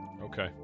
Okay